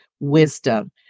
wisdom